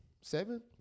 seven